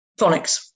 phonics